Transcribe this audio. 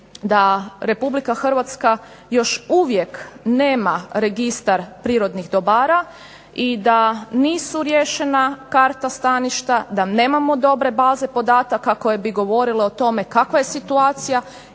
da Republika Hrvatska još uvijek nema registar prirodnih dobara i da nisu riješena karta staništa, da nemamo dobre baze podataka koje bi govorile o tome kakva je situacija